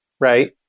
right